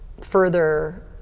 further